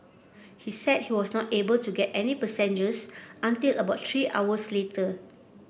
he said he was not able to get any passengers until about three hours later